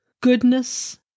Goodness